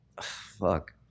Fuck